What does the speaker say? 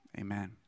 amen